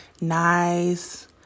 nice